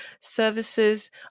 services